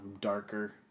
darker